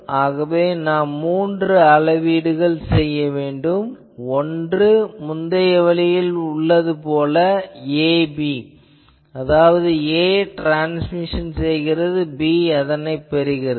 ஆகவே நாம் மூன்று அளவீடுகளைச் செய்ய வேண்டும் ஒன்று முந்தைய வழிமுறையில் உள்ளது போல 'ab' அதாவது 'a' ட்ரான்ஸ்மிஷன் செய்கிறது 'b' அதனைப் பெறுகிறது